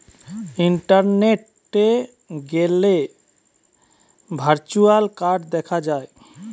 ইন্টারনেটে গ্যালে virtual card দেখা যায়